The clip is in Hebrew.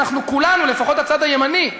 כולנו, לפחות הצד הימני,